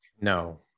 No